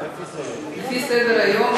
לפי סדר-היום,